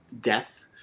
death